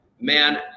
man